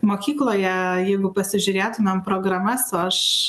mokykloje jeigu pasižiūrėtumėm programas o aš